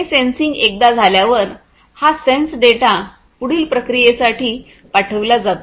हे सेन्सिंग एकदा झाल्यावर हा सेन्सेड डेटा पुढील प्रक्रियेसाठी पाठविला जातो